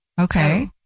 Okay